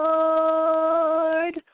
Lord